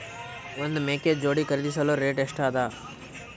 ಒಂದ್ ಮೇಕೆ ಜೋಡಿ ಖರಿದಿಸಲು ರೇಟ್ ಎಷ್ಟ ಅದ?